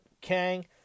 Kang